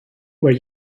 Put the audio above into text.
where